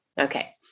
Okay